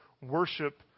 worship